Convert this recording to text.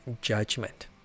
judgment